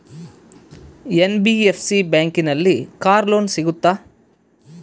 NBFC ಬ್ಯಾಂಕಿನಲ್ಲಿ car loan ಸಿಗುತ್ತಾ?